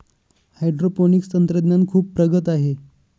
hydroponics तंत्रज्ञान खूप प्रगत आहे